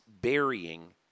burying